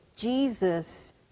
Jesus